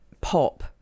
pop